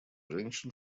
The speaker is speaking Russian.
женщин